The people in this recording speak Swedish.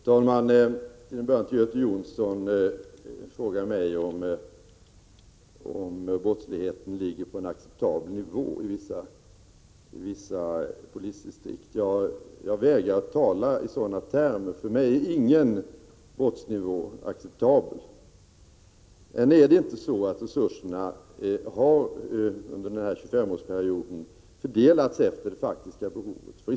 Herr talman! Göte Jonsson frågade mig om brottsligheten ligger på en acceptabel nivå i vissa polisdistrikt. Jag vägrar tala i sådana termer. För mig är ingen brottsnivå acceptabel. Under den här 25-årsperioden har inte resurserna fördelats efter det faktiska behovet.